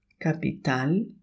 capital